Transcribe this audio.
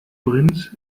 prince